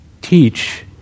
teach